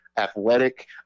athletic